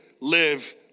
live